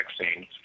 vaccines